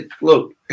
look